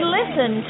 listen